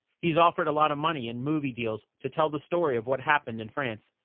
he's offered a lot of money in movie deals to tell the story of what happened in france.